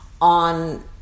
on